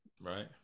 right